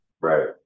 Right